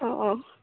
অঁ অঁ